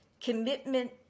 commitment